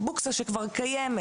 מבוקסה שכבר קיימת.